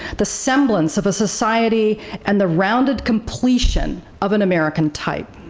the semblance of a society and the rounded completion of an american type.